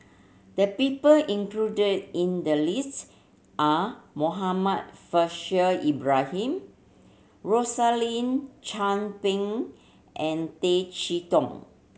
the people included in the list are Muhammad Faishal Ibrahim Rosaline Chan Pang and Tay Chee Toh